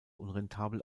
unrentabel